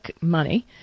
money